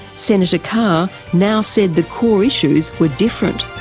senator carr now said the core issues were different.